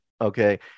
Okay